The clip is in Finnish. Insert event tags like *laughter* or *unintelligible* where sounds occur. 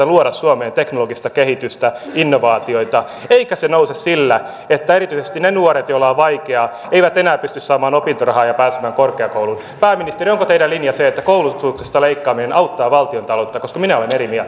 *unintelligible* luoda suomeen teknologista kehitystä ja innovaatioita eikä se nouse sillä että erityisesti ne nuoret joilla on vaikeaa eivät enää pysty saamaan opintorahaa ja pääsemään korkeakouluun pääministeri onko teidän linjanne se että koulutuksesta leikkaaminen auttaa valtiontaloutta minä olen eri